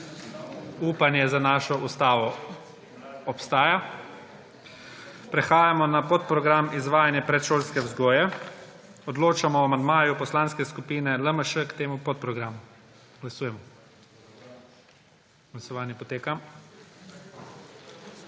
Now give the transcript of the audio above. Upanje za našo ustavo obstaja. Prehajamo na podprogram Izvajanje predšolske vzgoje. Odločamo o amandmaju Poslanske skupine LMŠ k temu podprogramu. Glasujemo. Navzočih je